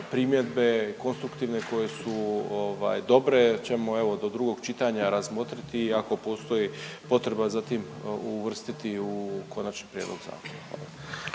primjedbe, konstruktivne koje su dobre ćemo evo, do drugog čitanja razmotriti i ako postoji potreba za tim uvrstiti u konačni prijedlog zakona.